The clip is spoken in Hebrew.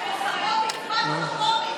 את כל ההצבעות שלך,